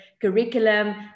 Curriculum